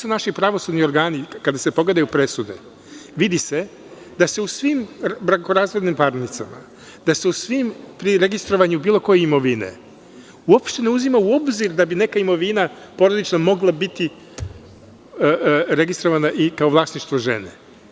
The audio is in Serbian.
U našim pravosudnim organima, kada se pogledaju presude, vidi se da se u svim brakorazvodnim parnicama, da se pri registrovanju bilo koje imovine uopšte ne uzima u obzir da bi neka porodična imovina mogla biti registrovana i kao vlasništvo žene.